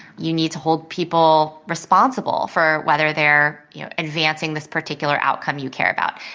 you need to hold people responsible for whether they're advancing this particular outcome you care about.